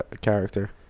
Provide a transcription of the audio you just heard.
character